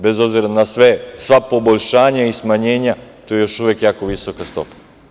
Bez obzira na sve, sva poboljšanja i smanjenja, to je još uvek visoka stopa.